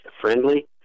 friendly